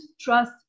trust